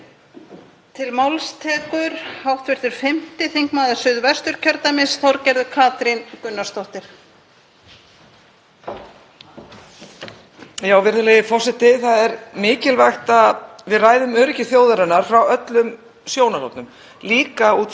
Virðulegi forseti. Það er mikilvægt að við ræðum um öryggi þjóðarinnar frá öllum sjónarhornum, líka út frá sjónarhorni fæðuöryggis. Við erum eyland í þeim skilningi að við erum sjálfstæð þjóð, umkringd hafi, en við skulum heldur ekki gleyma því að á alþjóðasviðinu er enginn eyland.